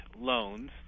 loans